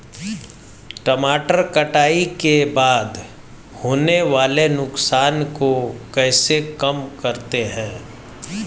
टमाटर कटाई के बाद होने वाले नुकसान को कैसे कम करते हैं?